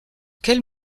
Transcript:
quel